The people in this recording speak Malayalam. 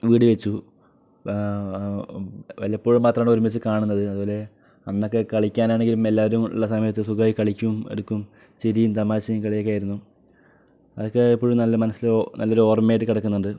വീട് വെച്ചു വല്ലപ്പോഴും മാത്രമാണ് ഒരുമിച്ച് കാണുന്നത് അതുപോലെ അന്നൊക്കെ കളിക്കാനാണെങ്കിലും എല്ലാവരും ഉള്ള സമയത്ത് സുഖമായി കളിക്കും എടുക്കും ചിരിയും തമാശയും കളിയൊക്കെ ആയിരുന്നു അതൊക്കെ എപ്പോഴും നല്ല മനസ്സിൽ നല്ലൊരു ഓർമ്മയായിട്ട് കിടക്കുന്നുണ്ട്